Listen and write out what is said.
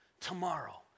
tomorrow